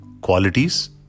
qualities